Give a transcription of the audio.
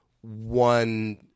one